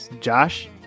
Josh